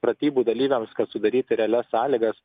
pratybų dalyviams kad sudaryti realias sąlygas